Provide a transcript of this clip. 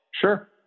Sure